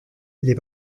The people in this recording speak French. les